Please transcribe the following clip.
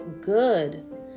good